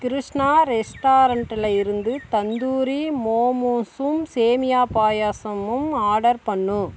கிருஷ்ணா ரெஸ்டாரண்ட்டில் இருந்து தந்தூரி மோமோசும் சேமியா பாயாசமும் ஆர்டர் பண்ணு